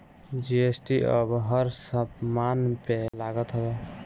GST अब हर समान पे लागत हवे